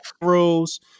rules